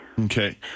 okay